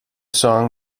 song